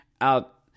out